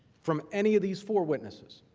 from any of these four witnesses.